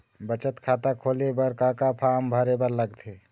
बचत खाता खोले बर का का फॉर्म भरे बार लगथे?